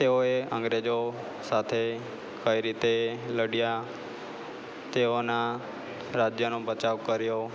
તેઓએ અંગ્રેજો સાથે કઈ રીતે લડ્યા તેઓના રાજ્યનો બચાવ કર્યો